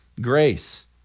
grace